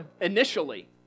initially